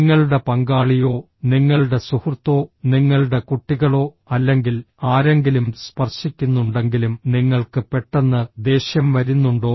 നിങ്ങളുടെ പങ്കാളിയോ നിങ്ങളുടെ സുഹൃത്തോ നിങ്ങളുടെ കുട്ടികളോ അല്ലെങ്കിൽ ആരെങ്കിലും സ്പർശിക്കുന്നുണ്ടെങ്കിലും നിങ്ങൾക്ക് പെട്ടെന്ന് ദേഷ്യം വരുന്നുണ്ടോ